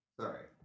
Sorry